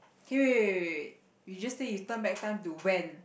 K wait wait wait wait we just said you turn back time to when